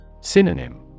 Synonym